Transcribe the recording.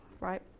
right